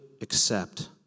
accept